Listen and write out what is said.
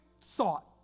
thought